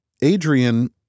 Adrian